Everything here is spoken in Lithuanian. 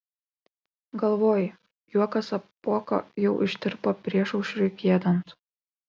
galvoji juokas apuoko jau ištirpo priešaušriui giedant